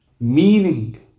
meaning